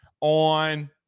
on